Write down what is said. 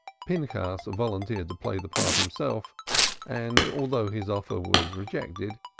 pinchas volunteered to play the part himself and, although his offer was rejected,